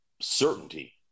certainty